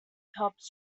helps